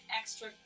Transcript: extra